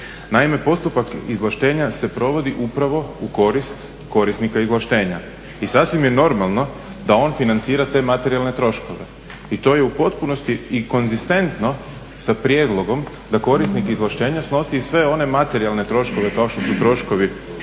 Naime, postupak izvlaštenja se provodi upravo u korist korisnika izvlaštenja i sasvim je normalno da on financira te materijalni troškove i to je u potpunosti i konzistentno sa prijedlogom da korisnik izvlaštenja snosi i sve one materijalne troškove kao što su troškovi